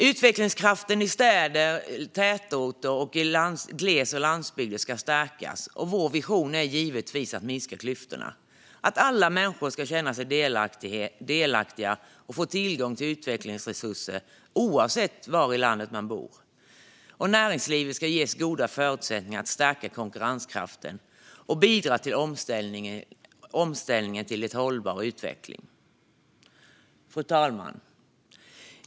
Utvecklingskraften i städer och tätorter, i glesbygd och på landsbygden ska stärkas. Vår vision är givetvis att minska klyftorna - att alla människor ska känna sig delaktiga och få tillgång till utvecklingsresurser oavsett var i landet de bor. Näringslivet ska ges goda förutsättningar att stärka konkurrenskraften och bidra till omställningen till en hållbar utveckling. Fru talman!